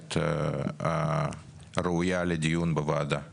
ובהחלט ראוי לקיים בה דיון בוועדה המשותפת.